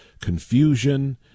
confusion